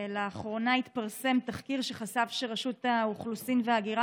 לאחרונה התפרסם תחקיר שחשף שרשות האוכלוסין וההגירה